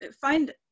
find